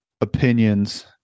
opinions